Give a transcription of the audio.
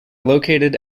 located